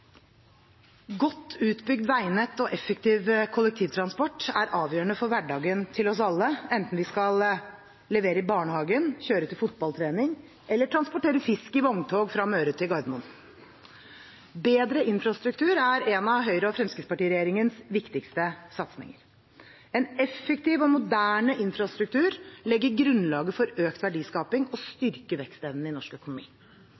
Godt utbygd veinett og effektiv kollektivtransport er avgjørende for hverdagen for oss alle enten vi skal levere i barnehagen, kjøre til fotballtrening eller transportere fisk i vogntog fra Møre til Gardermoen. Bedre infrastruktur er en av Høyre–Fremskrittsparti-regjeringens viktigste satsinger. En effektiv og moderne infrastruktur legger grunnlaget for økt verdiskaping og styrker vekstevnen i norsk økonomi.